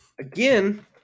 Again